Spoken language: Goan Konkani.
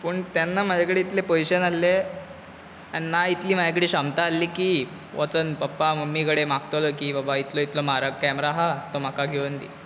पूण तेन्ना म्हाजे कडेन इतले पयशे नासले आनी ना इतली म्हजे कडेन क्षमता आसली की वोचोन पप्पा मम्मी कडेन मागतलो इतलो म्हारग केमेरा आहा तो म्हाका घेवन दी